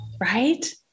Right